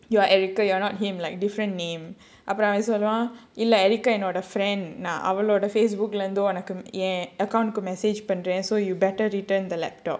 you are erica you're not him like different name அப்புறம் அவன் சொல்லுவான் இல்ல:apuram avan solluvaan illa erica என்னோட:ennoda friend நான் அவளோட:naan avaloda Facebook leh இருந்து:irunthu account கு:ku message பண்றேன்:pandraen so you better return the laptop